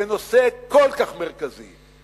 בנושא כל כך מרכזי,